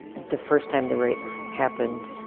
the first time the rape happened,